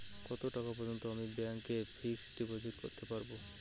কত টাকা পর্যন্ত আমি ব্যাংক এ ফিক্সড ডিপোজিট করতে পারবো?